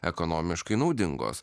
ekonomiškai naudingos